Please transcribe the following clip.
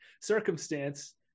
circumstance